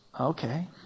Okay